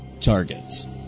targets